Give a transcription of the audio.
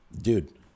dude